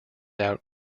out